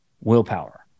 willpower